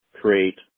create